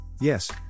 Yes